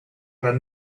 gran